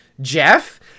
Jeff